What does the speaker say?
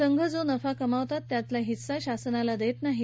संघ जो नफा कमावतात त्याचा हिस्सा शासनाला देत नाहीत